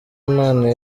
imana